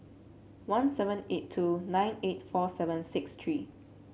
one seven eight two nine eight four seven six three